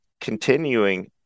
continuing